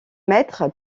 maître